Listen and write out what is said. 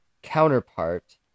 counterpart